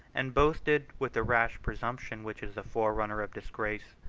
and boasted, with the rash presumption which is the forerunner of disgrace,